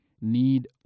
need